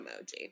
emoji